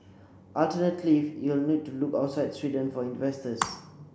alternativelyit will need to look outside Sweden for investors